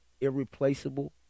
irreplaceable